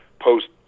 post